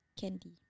Candy